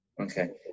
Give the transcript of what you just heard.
Okay